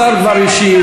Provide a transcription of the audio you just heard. רבותי, השר כבר השיב.